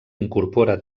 incorpora